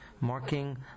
marking